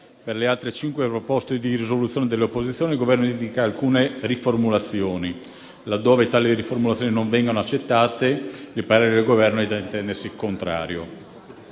Per le altre cinque proposte di risoluzione dell'opposizione, il Governo indica alcune riformulazioni. Laddove tali riformulazioni non vengono accettate, il parere del Governo è da intendersi contrario.